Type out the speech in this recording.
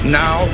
now